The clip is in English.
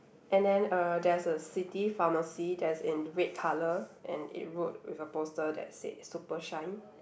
and then uh there's a city pharmacy that's in red colour and it wrote with a poster that said super shine